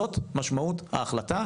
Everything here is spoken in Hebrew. זו משמעות ההחלטה,